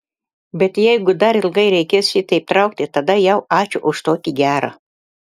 bet jeigu dar ilgai reikės šitaip traukti tada jau ačiū už tokį gerą